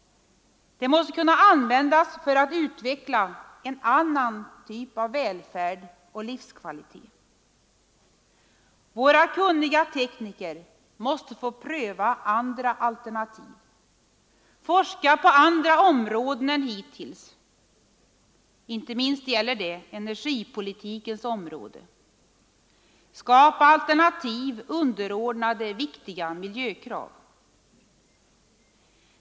Det måste kunna användas för att utveckla en annan typ av välfärd och livskvalitet. Våra kunniga tekniker måste få pröva andra alternativ, forska på andra områden än hittills — inte minst gäller det energipolitikens område — och skapa alternativ underordnade viktiga miljökrav.